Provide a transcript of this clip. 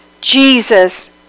Jesus